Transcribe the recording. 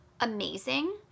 amazing